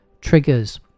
triggers